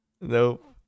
Nope